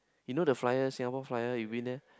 you know the flyers Singapore Flyer you been there